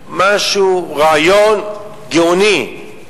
רעיון גאוני.